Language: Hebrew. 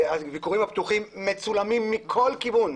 הביקורים הפתוחים מצולמים מכל כיוון.